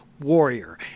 warrior